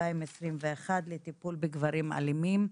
התשפ"ב-2021 לטיפול בגברים אלימים.